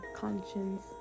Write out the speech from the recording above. conscience